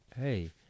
hey